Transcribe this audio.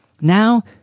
Now